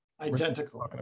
identical